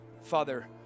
Father